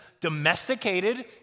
domesticated